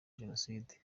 jenoside